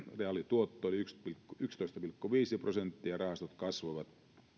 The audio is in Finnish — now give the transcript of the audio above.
reaalituotto oli yksitoista pilkku viisi prosenttia rahastot kasvoivat